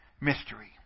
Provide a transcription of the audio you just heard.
mystery